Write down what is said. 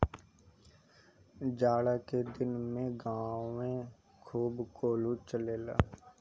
जाड़ा के दिन में गांवे खूब कोल्हू चलेला